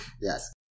Yes